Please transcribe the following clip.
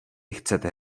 chcete